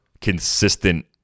consistent